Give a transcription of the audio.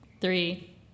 three